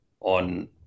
on